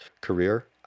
career